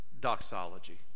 doxology